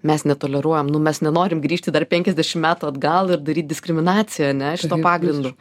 mes netoleruojam nu mes nenorim grįžti dar penkiasdešim metų atgal ir daryt diskriminaciją ar ne šituo pagrindu